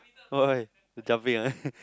why why the jumping one